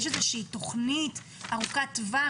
יש איזוהי תוכנית ארוכת טווח,